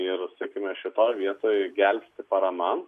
ir sakykime šitoj vietoj gelbsti parama